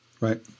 Right